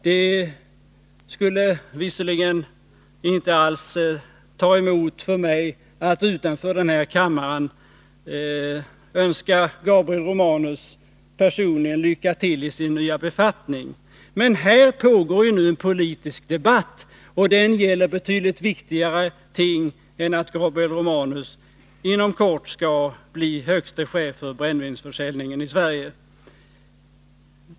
Det skulle visserligen inte alls ta emot för mig att utanför den här kammaren önska Gabriel Romanus personligen lycka till i hans nya befattning, men här pågår ju nu en politisk debatt, och den gäller betydligt viktigare ting än att Gabriel Romanus inom kort skall bli högste chef för brännvinsförsäljningen i Sverige.